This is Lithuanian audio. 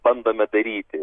bandome daryti